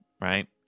right